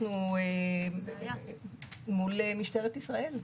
אנחנו מול משטרת ישראל.